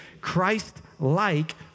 Christ-like